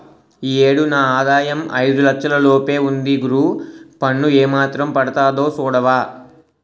ఈ ఏడు నా ఆదాయం ఐదు లచ్చల లోపే ఉంది గురూ పన్ను ఏమాత్రం పడతాదో సూడవా